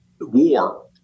war